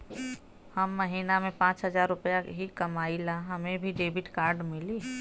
हम महीना में पाँच हजार रुपया ही कमाई ला हमे भी डेबिट कार्ड मिली?